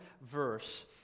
verse